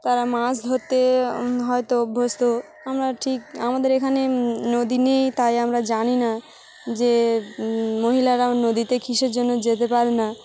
তারা মাছ ধরতে হয়তো অভ্যস্ত আমরা ঠিক আমাদের এখানে নদী নেই তাই আমরা জানি না যে মহিলারা নদীতে কিসের জন্য যেতে পারে না